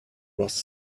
was